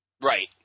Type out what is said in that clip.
Right